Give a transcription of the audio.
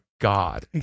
God